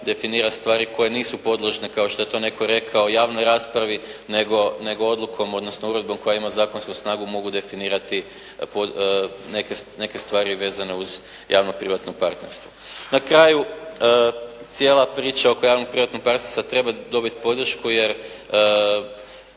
definira stvari koje nisu podložne, kao što je to netko rekao javnoj raspravi, nego odlukom odnosno uredbom koja ima zakonsku snagu mogu definirati neke stvari vezane uz javno-privatno partnerstvo. Na kraju, cijela priča oko javno-privatnog partnerstva treba dobiti podršku jer